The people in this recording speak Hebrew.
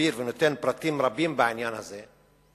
שמסביר ונותן פרטים רבים בעניין הזה.